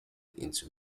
into